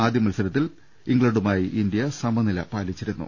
ആദ്യ മത്സര ത്തിൽ ഇംഗ്ലണ്ടുമായി ഇന്ത്യ സമനില പാലിച്ചിരുന്നു